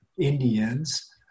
Indians